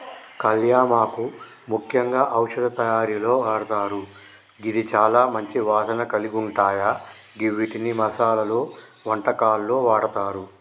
కళ్యామాకు ముఖ్యంగా ఔషధ తయారీలో వాడతారు గిది చాల మంచి వాసన కలిగుంటాయ గివ్విటిని మసాలలో, వంటకాల్లో వాడతారు